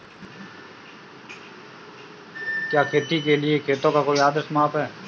क्या खेती के लिए खेतों का कोई आदर्श माप है?